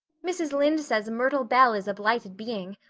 mrs. lynde says myrtle bell is a blighted being.